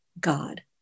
God